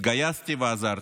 התגייסתי ועזרתי,